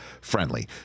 friendly